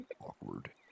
awkward